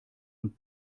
und